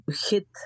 hit